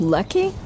Lucky